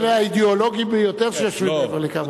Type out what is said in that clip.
אלה האידיאולוגיים ביותר שיושבים מעבר לקו ההפרדה.